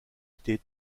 été